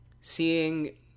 seeing